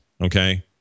okay